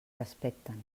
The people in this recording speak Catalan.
respecten